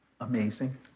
amazing